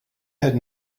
had